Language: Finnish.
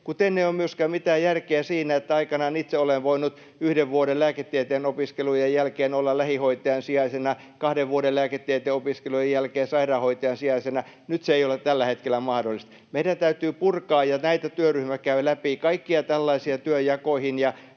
kuten ei ole myöskään mitään järkeä siinä, että kun aikoinaan itse olen voinut yhden vuoden lääketieteen opiskelujen jälkeen olla lähihoitajan sijaisena ja kahden vuoden lääketieteen opiskelujen jälkeen sairaanhoitajan sijaisena, nyt se ei ole tällä hetkellä mahdollista. Meidän täytyy purkaa — ja näitä työryhmä käy läpi — kaikkia tällaisia työnjakoihin